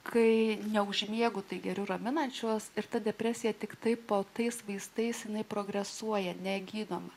kai neužmiegu tai geriu raminančios ir ta depresija tiktai po tais vaistais jinai progresuoja negydoma